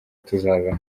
tuzaza